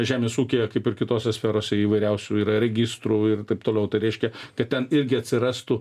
žemės ūkyje kaip ir kitose sferose įvairiausių yra registrų ir taip toliau tai reiškia kad ten irgi atsirastų